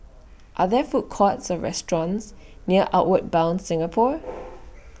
Are There Food Courts Or restaurants near Outward Bound Singapore